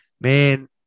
man